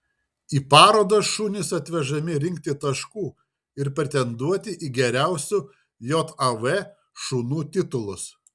į parodas šunys atvežami rinkti taškų ir pretenduoti į geriausių jav šunų titulus